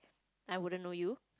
I wouldn't know you